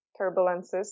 turbulences